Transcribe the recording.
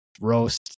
roast